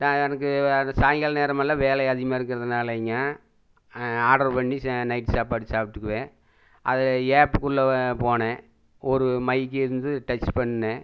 நான் எனக்கு வர சாயங்காலம் நேரமெல்லாம் வேலை அதிகமாக இருக்கிறதுனாலைங்க ஆர்டர் பண்ணி நைட் சாப்பாடு சாப்பிட்டுக்குவேன் அது ஆப்க்குள்ள போனேன் ஒரு மைக் இருந்தது டச் பண்ணேன்